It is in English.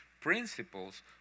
principles